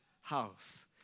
house